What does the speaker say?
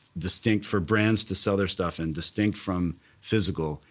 distinct for brands to sell their stuff and distinct from physical,